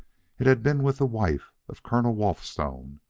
it had been with the wife of colonel walthstone,